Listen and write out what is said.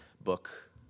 book